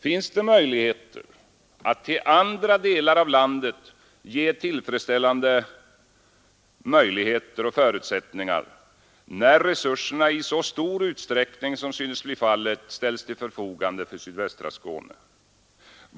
Finns det möjligheter att till andra delar av landet ge tillfredsställande förutsättningar när resurserna i så stor utsträckning som synes bli fallet ställs till förfogande för sydvästra Skåne?